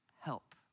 help